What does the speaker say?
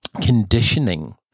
conditioning